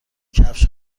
کفش